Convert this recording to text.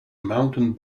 mountain